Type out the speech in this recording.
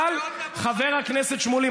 חבר הכנסת שמולי,